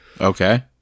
Okay